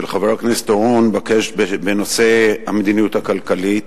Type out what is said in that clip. חבר הכנסת אורון בנושא המדיניות הכלכלית